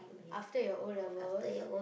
after your O-levels